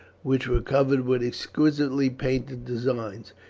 which were covered with exquisitely painted designs,